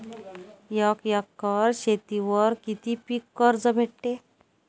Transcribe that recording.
एक एकर शेतीवर किती पीक कर्ज भेटते?